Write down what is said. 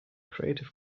creative